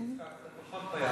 זה פחות בעיה.